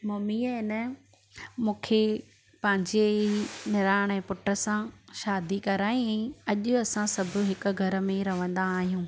ममीअ न मूंखे पंहिंजे ई निणान ऐं पुट सां शादी कराईं ऐं अॼु असां सभु हिकु घर में ई रहंदा आहियूं